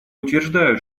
утверждают